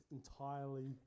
entirely